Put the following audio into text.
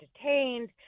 detained